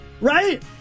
Right